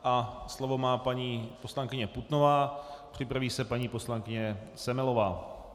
A slovo má paní poslankyně Putnová, připraví se paní poslankyně Semelová.